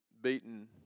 beaten